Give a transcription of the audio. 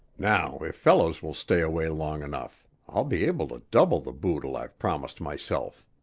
now if fellows will stay away long enough, i'll be able to double the boodle i've promised myself.